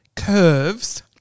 curves